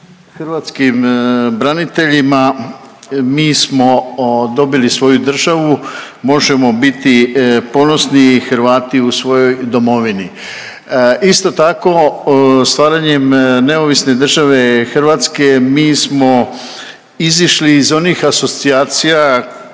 hrvatskim braniteljima, mi smo dobili svoju državu. Možemo biti ponosni Hrvati u svojoj domovini. Isto tako stvaranjem neovisne države Hrvatske mi smo izišli iz onih asocijacija kojima